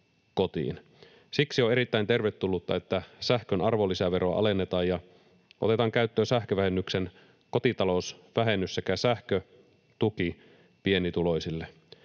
Siksi on erittäin tervetullutta, että sähkön arvonlisäveroa alennetaan ja otetaan käyttöön sähkövähennyksen kotitalousvähennys sekä sähkötuki pienituloisille.